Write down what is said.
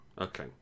Okay